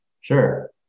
Sure